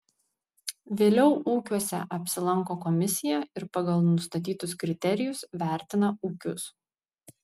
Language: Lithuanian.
vėliau ūkiuose apsilanko komisija ir pagal nustatytus kriterijus vertina ūkius